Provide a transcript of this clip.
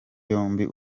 yombi